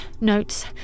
notes